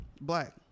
Black